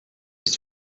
ist